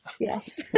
Yes